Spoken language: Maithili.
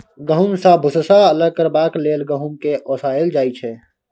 गहुँम सँ भुस्सा अलग करबाक लेल गहुँम केँ ओसाएल जाइ छै